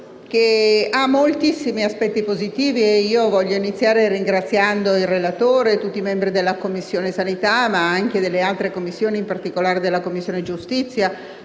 presenta moltissimi aspetti positivi. Voglio iniziare ringraziando il relatore e tutti i membri della Commissione sanità, ma anche delle altre Commissioni, in particolare della Commissione giustizia,